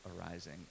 arising